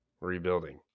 Rebuilding